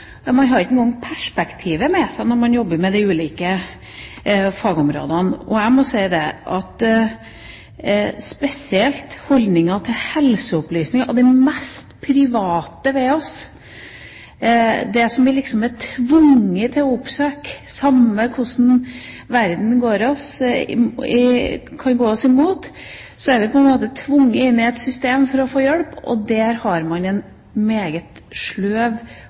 man ikke har noe engasjement på. Man har ikke engang perspektivet med seg når man jobber med de ulike fagområdene. Spesielt gjelder det holdninger til helseopplysninger, det mest private ved oss. Når verden går oss imot, er vi på en måte tvunget inn i et system for å få hjelp, og der har man en meget sløv